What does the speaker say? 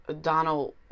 Donald